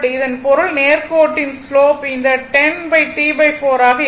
இதன் பொருள் நேர் கோட்டின் ஸ்லோப் இந்த 10 T4 ஆக இருக்கும்